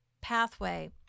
pathway